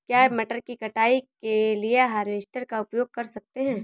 क्या मटर की कटाई के लिए हार्वेस्टर का उपयोग कर सकते हैं?